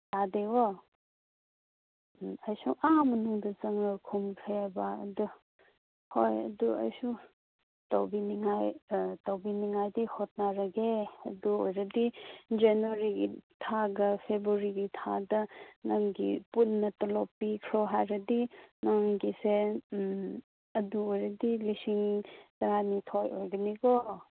ꯇꯥꯗꯦꯀꯣ ꯑꯩꯁꯨ ꯑꯥ ꯃꯅꯨꯡꯗ ꯆꯪꯉꯒ ꯈꯨꯝꯈ꯭ꯔꯦꯕ ꯑꯗꯨ ꯍꯣꯏ ꯑꯗꯨ ꯑꯩꯁꯨ ꯇꯧꯕꯤꯅꯤꯡꯉꯥꯏ ꯇꯧꯕꯤꯅꯤꯡꯉꯥꯏꯗꯤ ꯍꯣꯠꯅꯔꯒꯦ ꯑꯗꯨ ꯑꯣꯏꯔꯗꯤ ꯖꯅꯨꯋꯥꯔꯤꯒꯤ ꯊꯥꯒ ꯐꯦꯕꯨꯋꯥꯔꯤꯒꯤ ꯊꯥꯗ ꯅꯪꯒꯤ ꯄꯨꯟꯅ ꯇꯣꯂꯣꯞ ꯄꯤꯈ꯭ꯔꯣ ꯍꯥꯏꯔꯗꯤ ꯅꯪꯒꯤꯁꯦ ꯑꯗꯨ ꯑꯣꯏꯔꯗꯤ ꯂꯤꯁꯤꯡ ꯇꯔꯥꯅꯤꯊꯣꯏ ꯑꯣꯏꯒꯅꯤꯀꯣ